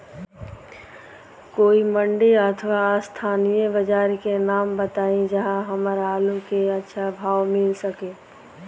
कोई मंडी अथवा स्थानीय बाजार के नाम बताई जहां हमर आलू के अच्छा भाव मिल सके?